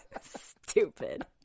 Stupid